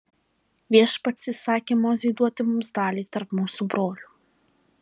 viešpats įsakė mozei duoti mums dalį tarp mūsų brolių